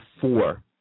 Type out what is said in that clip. four